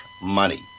money